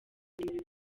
ibintu